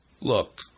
look